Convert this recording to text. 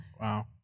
Wow